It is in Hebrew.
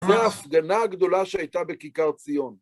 זה ההפגנה הגדולה שהייתה בכיכר ציון.